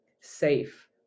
safe